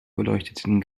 beleuchteten